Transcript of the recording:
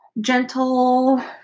gentle